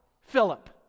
Philip